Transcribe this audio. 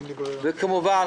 כמובן,